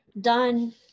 done